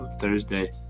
Thursday